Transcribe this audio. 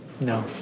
No